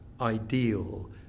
ideal